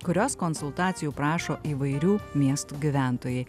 kurios konsultacijų prašo įvairių miestų gyventojai